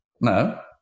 No